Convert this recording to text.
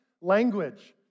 language